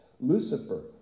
Lucifer